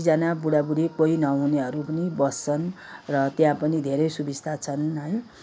कतिजना बुढा बुढी कोही नहुनेहरू पनि बस्छन् र त्यहाँ पनि धेरै सुबिस्ता छन् है